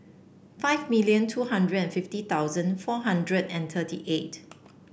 five million two hundred and fifty thousand four hundred and thirty eight